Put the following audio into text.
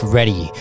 ready